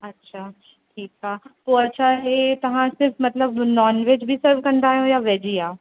अच्छा ठीकु आहे पोइ अच्छा हीअ तव्हां सिर्फ़ु मतिलब नॉनवेज बि सर्व कंदा आहियो या वेज ई आहे